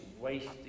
wasting